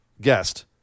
guest